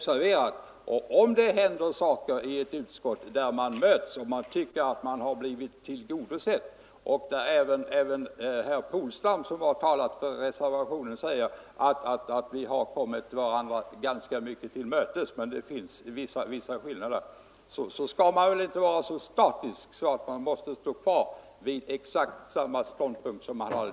Herr Polstam, som också har talat för reservationen, har sagt att vi har kommit varandra ganska mycket till mötes men att det finns vissa skillnader. Om vi kunnat komma varandra till mötes i utskottet och man tycker att man har blivit tillgodosedd, så skall man väl inte vara så statisk att man står kvar vid exakt samma ståndpunkt som tidigare.